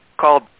called